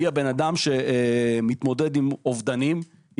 המטפלת מתמודדת עם אובדנים,